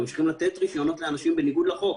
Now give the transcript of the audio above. ממשיכים לתת לאנשים רישיונות בניגוד לחוק